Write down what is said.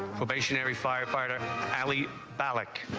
probationary firefighter but like